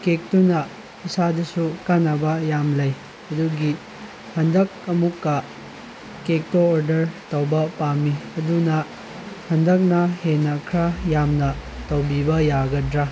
ꯀꯤꯛꯇꯨꯅ ꯏꯁꯥꯗꯁꯨ ꯀꯥꯟꯅꯕ ꯌꯥꯝ ꯂꯩ ꯑꯗꯨꯒꯤ ꯍꯟꯗꯀ ꯑꯃꯨꯛꯀ ꯀꯦꯛꯇꯣ ꯑꯣꯔꯗꯔ ꯇꯧꯕ ꯄꯥꯝꯃꯤ ꯑꯗꯨꯅ ꯍꯟꯗꯛꯅ ꯍꯦꯟꯅ ꯈꯔ ꯌꯥꯝꯅ ꯇꯧꯕꯤꯕ ꯌꯥꯒꯗ꯭ꯔ